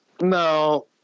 No